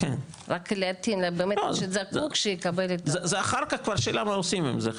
רק שבאמת מי שזקוק שיקבל --- זה אחר כך כבר שאלה מה עושים עם זה,